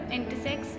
Intersex